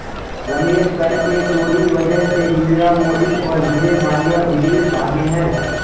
रमेश कर के चोरी वजह से मीरा मोदी और विजय माल्या विदेश भागें हैं